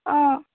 অঁ